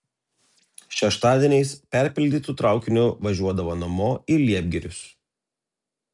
šeštadieniais perpildytu traukiniu važiuodavo namo į liepgirius